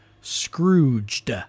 Scrooged